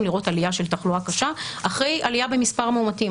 לראות עלייה של תחלואה קשה אחרי עלייה במספר המאומתים.